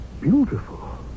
beautiful